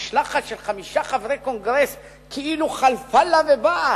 משלחת של חמישה חברי קונגרס כאילו חלפה לה ובאה?